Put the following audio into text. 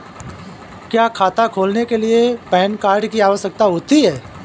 क्या खाता खोलने के लिए पैन कार्ड की आवश्यकता होती है?